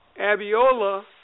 Abiola